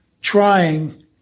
trying